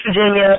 Virginia